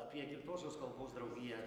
apie gimtosios kalbos draugiją